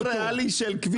זה מחיר ריאלי של כביש.